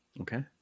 Okay